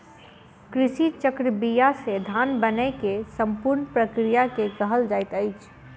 कृषि चक्र बीया से धान बनै के संपूर्ण प्रक्रिया के कहल जाइत अछि